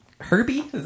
herbie